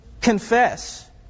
confess